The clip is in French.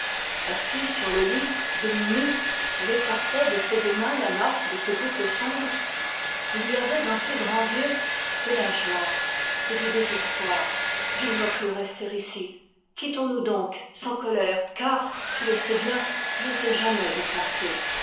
assise sur le lit demi-nue elle écartait de ses deux mains la masse de ses boucles sombres et il y avait dans ses grands yeux de la joie et du désespoir je ne dois plus rester ici quittons-nous donc sans colère car tu le sais bien je ne t'ai jamais offensé